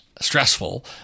stressful